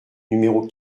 numéro